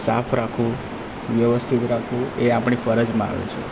સાફ રાખવું વ્યવસ્થિત રાખવું એ આપણી ફરજમાં આવે છે